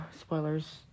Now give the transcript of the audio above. spoilers